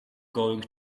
going